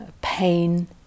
pain